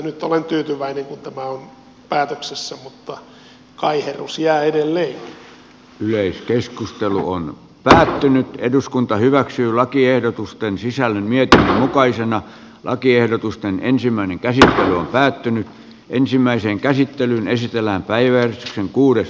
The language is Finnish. nyt olen tyytyväinen kun tämä on pysähtynyt eduskunta hyväksyy lakiehdotusten sisällön mieto mukaisina lakiehdotusten ensimmäinen käsiin päätynyt päätöksessä mutta kaiherrus jää edelleen